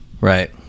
Right